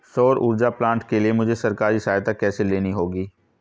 सौर ऊर्जा प्लांट के लिए मुझे सरकारी सहायता कैसे लेनी होगी?